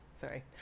sorry